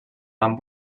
amb